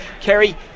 Kerry